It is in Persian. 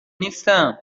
نیستم